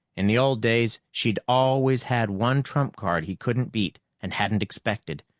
in the old days, she'd always had one trump card he couldn't beat and hadn't expected.